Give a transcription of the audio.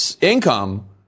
income